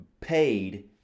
paid